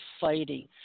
fighting